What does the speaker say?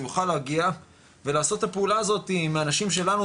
הוא יוכל להגיע ולעשות את הפעולה הזאת עם האנשים שלנו,